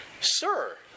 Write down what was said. Sir